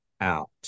out